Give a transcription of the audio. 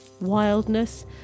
wildness